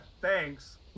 Thanks